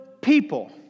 people